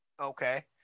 okay